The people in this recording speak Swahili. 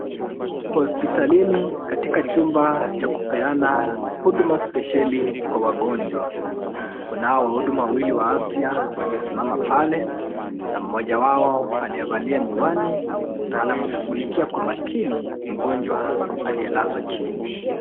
Hospitalini katika chumba cha kupeana huduma spesheli kwa wagonjwa. Kunao wahuduma wawili wa afya waliosimama pale, na mmoja wao aliyevalia miwani anamshughulikia kwa makini, mgonjwa aliyelazwa chini.